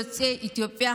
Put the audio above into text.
יוצא אתיופיה,